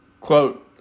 Quote